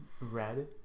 red